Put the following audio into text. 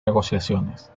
negociaciones